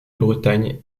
bretagne